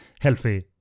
healthy